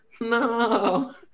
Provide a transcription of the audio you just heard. No